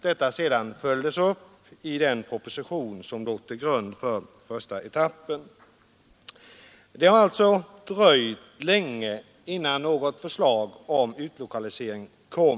Detta följdes sedan upp i den proposition som låg till grund för den första etappen. Det dröjde alltså länge innan något förslag om utlokalisering kom.